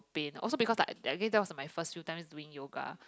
pains also because of like that was my first use time doing yoga